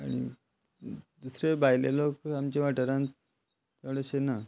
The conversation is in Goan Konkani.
आनी दुसरे भायले लोक आमच्या वाठारांत चड अशें ना